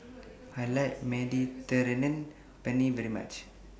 I like Mediterranean Penne very much